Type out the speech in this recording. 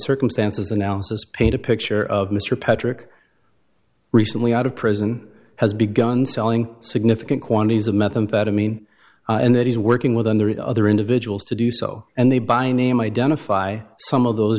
circumstances analysis paint a picture of mr patrick recently out of prison has begun selling significant quantities of methamphetamine and that he's working with and the reed other individuals to do so and they by name identify some of those